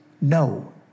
No